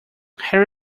harry